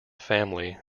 family